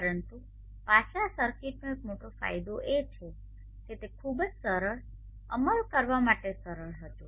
પરંતુ પાછલા સર્કિટનો એક મોટો ફાયદો એ છે કે તે ખૂબ જ સરળ અમલ કરવા માટે સરળ હતું